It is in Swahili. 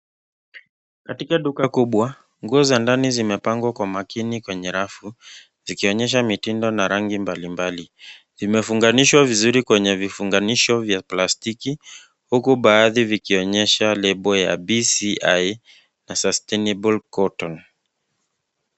Katika duka kubwa, nguo za ndani zimepangwa kwa makini kwenye rafu zikionyesha mitindo na rangi mbali mbali. Zimefunganishwa vizuri kwenye vifunganisho vya plastiki huku baadhi vikionyesha lebo ya BCI na sustainable cotton .